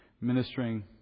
ministering